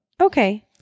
Okay